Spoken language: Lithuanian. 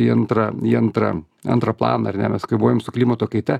į antrą į antrą antrą planą ar ne mes kaivojam su klimato kaita